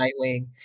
nightwing